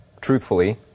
truthfully